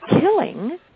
killing